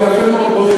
יפה מאוד.